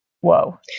Whoa